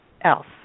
else